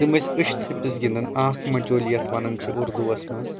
تم ٲسۍ أچھ تٔھپِس گنٛدان آنکھ مچولی یَتھ وَنان چھِ أردووَس منٛز